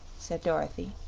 said dorothy.